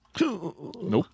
Nope